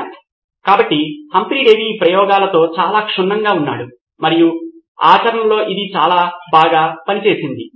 మీ ఆసక్తి సంఘర్షణలో మీరు కలిగి ఉన్న అస్తిరమైన అంశము నాకు గుర్తుంది